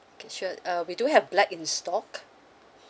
okay sure uh we do have black in stock